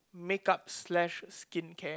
make up slash skin care